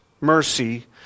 mercy